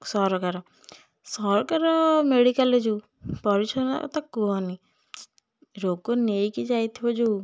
ସରକାର ସରକାର ମେଡ଼ିକାଲ ଯେଉଁ ପରିଚ୍ଛନ୍ନ ତ କୁହନି ରୋଗ ନେଇକି ଯାଇଥିବ ଯେଉଁ